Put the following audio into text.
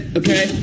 okay